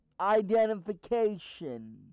identification